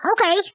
okay